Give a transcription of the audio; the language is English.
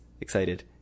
excited